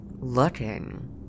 looking